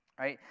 right?